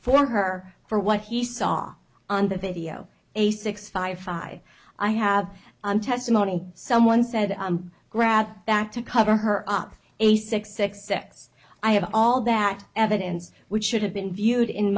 for her for what he saw on the video a six five five i have on testimony someone said grabbed back to cover her up a six six six i have all that evidence which should have been viewed in